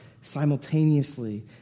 simultaneously